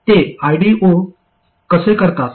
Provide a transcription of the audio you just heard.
ते IDo कसे करतात